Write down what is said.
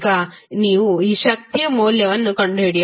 ಈಗ ನೀವು ಶಕ್ತಿಯ ಮೌಲ್ಯವನ್ನು ಕಂಡುಹಿಡಿಯಬೇಕು p vi